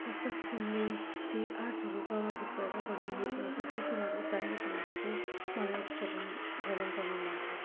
कस्ता किसिमले ती आर्ट्सहरू प्रभावित भएर बनाइएको हुन्छ ती कुराहरू जान्नको लागि चाहिँ मलाई एक्स्पो भ्रम् भ्रमण गर्न मन छ